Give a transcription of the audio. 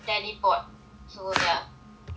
daddy bought so ya